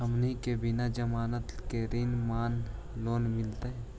हमनी के बिना जमानत के ऋण माने लोन मिलतई?